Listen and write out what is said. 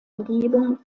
umgebung